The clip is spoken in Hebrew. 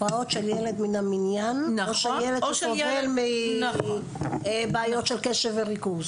הפרעות של ילד מן המניין או של ילד שסובל מבעיות של קשב וריכוז,